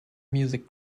music